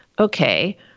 okay